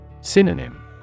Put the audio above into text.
Synonym